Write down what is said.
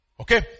Okay